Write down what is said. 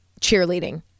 cheerleading